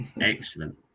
Excellent